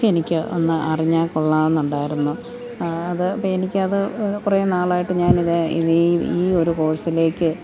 ഒക്കെ എനിക്കൊന്ന് അറിഞ്ഞാൽ കൊള്ളാമെന്നുണ്ടായിരുന്നു അത് അപ്പോൾ എനിക്കത് കുറേ നാളായിട്ട് ഞാനിത് ഇതീ ഈ ഒരു കോഴ്സിലേക്ക്